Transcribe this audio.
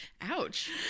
Ouch